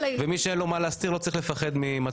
מי שאין לו מה להסתיר לא צריך לפחד ממצלמה,